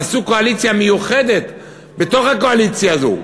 עשו קואליציה מיוחדת בתוך הקואליציה הזו,